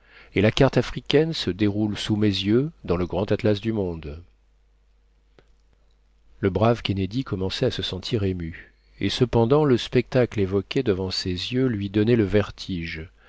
et la carte africaine se déroule sous mes yeux dans le grand atlas du monde le brave kennedy commençait à se sentir ému et cependant le spectacle évoqué devant ses yeux lui donnait le vertige